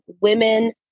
women